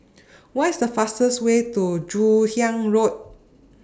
What IS The fastest Way to Joon Hiang Road